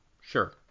Sure